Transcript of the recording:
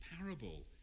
parable